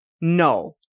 No